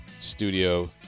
Studio